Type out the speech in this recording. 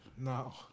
No